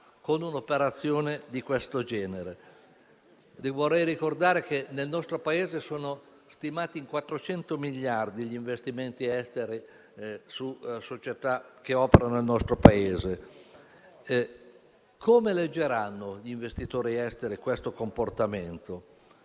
con un'operazione di questo genere? Io vorrei ricordare che, nel nostro Paese, sono stimati in 400 miliardi gli investimenti esteri su società che operano nel nostro Paese. Come leggeranno gli investitori esteri questo comportamento?